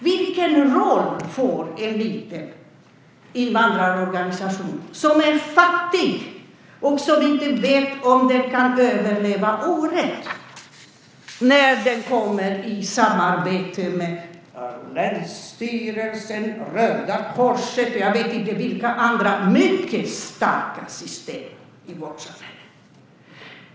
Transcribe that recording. Vilken roll får en liten invandrarorganisation som är fattig och som inte vet om den kan överleva året när den kommer i samarbete med länsstyrelsen, Röda Korset och jag vet inte vilka andra mycket starka system i vårt samhälle?